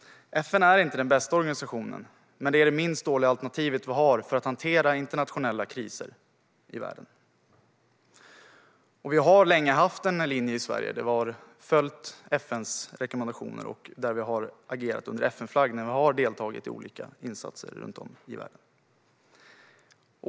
FN är inte den bästa organisationen, men det är det minst dåliga alternativ vi har för att hantera internationella kriser i världen. Vi har länge haft en linje i Sverige där vi har följt FN:s rekommendationer och agerat under FN-flagg när vi har deltagit i olika insatser runt om i världen.